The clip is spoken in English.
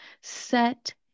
set